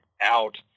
out